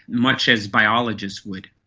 much as biologists would.